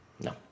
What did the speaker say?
No